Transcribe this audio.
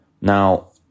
Now